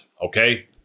Okay